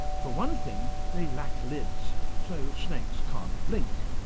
for one thing they lack lids, so snakes can't blink.